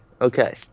okay